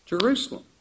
Jerusalem